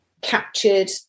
captured